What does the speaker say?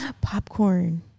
popcorn